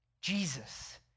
Jesus